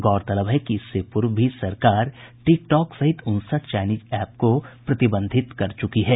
गौरतलब है कि इससे पूर्व भी सरकार टिकटॉक सहित उनसठ चाईनीज एप को प्रतिबंधित कर चुकी है